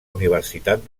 universitat